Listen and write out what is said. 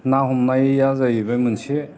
ना हमनाया जाहैबाय मोनसे